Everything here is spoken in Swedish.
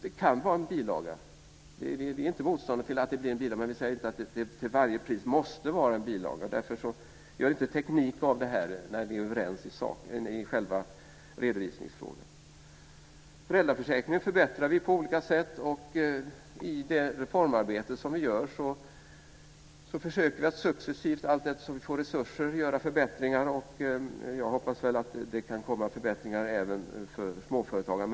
Det kan vara en bilaga. Vi är inte motståndare till att det blir en bilaga, men vi säger inte att det till varje pris måste vara en bilaga. Gör inte teknik av det här när vi är överens i själva redovisningsfrågan. Föräldraförsäkringen förbättrar vi på olika sätt. I det reformarbete som vi gör försöker vi att successivt allteftersom vi får resurser göra förbättringar. Jag hoppas att det kan komma förbättringar även för småföretagare.